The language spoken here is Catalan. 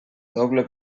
doble